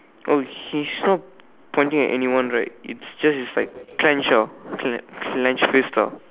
oh she's npt punching at anyone right it's just like clenched ah cle~ clenched fist ah